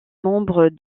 membres